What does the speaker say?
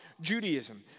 Judaism